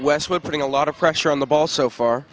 west we're putting a lot of pressure on the ball so far